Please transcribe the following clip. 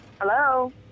Hello